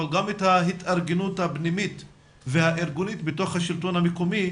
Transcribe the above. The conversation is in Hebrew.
גם את ההתארגנות הפנימית והארגונית בתוך השלטון המקומי,